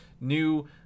new